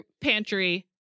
pantry